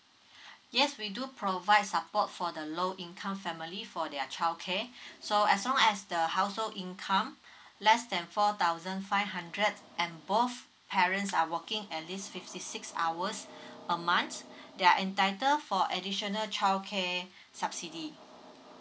yes we do provide support for the low income family for their childcare so as long as the household income less than four thousand five hundred and both parents are working at least fifty six hours a months they're entitled for additional childcare subsidy